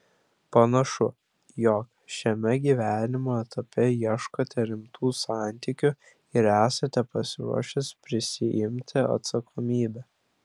panašu jog šiame gyvenimo etape ieškote rimtų santykių ir esate pasiruošęs prisiimti atsakomybę